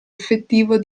effettivo